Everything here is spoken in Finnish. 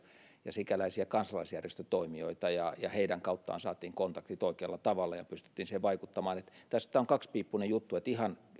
ja sikäläisiä kansalaisjärjestötoimijoita ja heidän kauttaan saatiin kontaktit oikealla tavalla ja pystyttiin siihen vaikuttamaan tämä on kaksipiippuinen juttu eli ihan